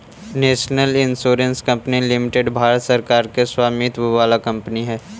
national Insurance Company Limited Bharat सरकार के स्वामित्व वाला कंपनी हई